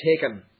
taken